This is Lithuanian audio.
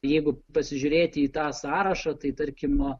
jeigu pasižiūrėti į tą sąrašą tai tarkim